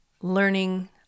Learning